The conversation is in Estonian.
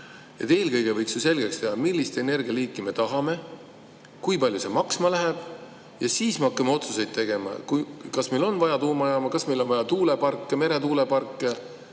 Eelkõige võiks ju selgeks teha, millist energialiiki me tahame ja kui palju see maksma läheb. Ja siis me hakkame otsuseid tegema, kas meil on vaja tuumajaama, kas meil on vaja tuuleparke, meretuuleparke.